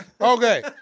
Okay